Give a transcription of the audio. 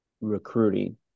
recruiting